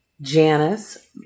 Janice